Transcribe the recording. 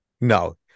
No